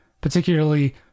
particularly